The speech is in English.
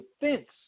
defense